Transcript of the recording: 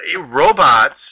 robots